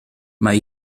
mae